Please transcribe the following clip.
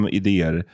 idéer